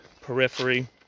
periphery